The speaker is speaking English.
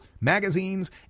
magazines